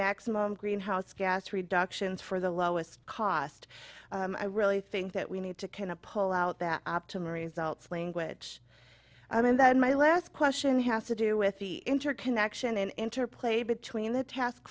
maximum greenhouse gas reductions for the lowest cost i really think that we need to kind of pull out that optimal results language and then my last question has to do with the interconnection and interplay between the task